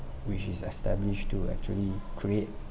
which is established to actually create